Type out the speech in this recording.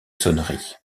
sonneries